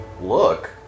look